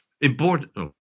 Important